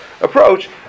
approach